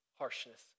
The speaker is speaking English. harshness